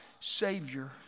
Savior